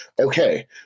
okay